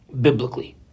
Biblically